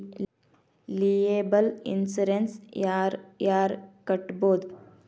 liable insurance ಯಾರ್ ಯಾರ್ ಕಟ್ಬೊದು